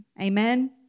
Amen